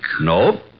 No